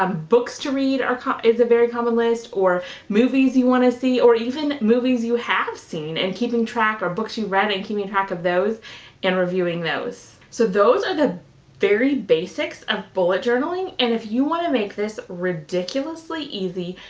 um books to read is a very common list or movies you wanna see or even movies you have seen and keeping track or books you've read and keeping track of those and reviewing those. so those are the very basics of bullet journaling and if you wanna make this ridiculously easy,